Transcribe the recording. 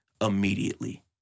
immediately